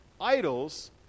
idols